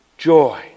joy